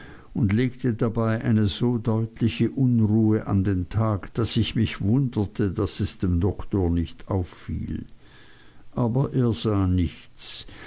und legte dabei eine so deutliche unruhe an den tag daß ich mich wunderte daß es dem doktor nicht auffiel aber er sah nichts